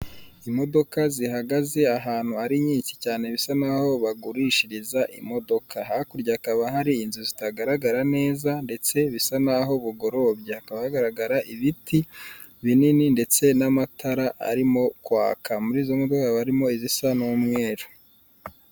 Imodoka zihagaze ahantu ari nyinshi cyane bisa naho bagurishiriza imodoka hakurya hakaba hari inzu zitagaragara neza ndetse bisa naho bugorobye, hakaba hagaragara ibiti binini ndetse n'amatara arimo kwaka muri izo modoka hakaba harimo izisa n'umweru.